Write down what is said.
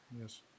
Yes